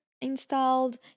installed